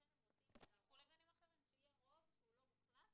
לכן הם רוצים שיהיה רוב שהוא לא מוחלט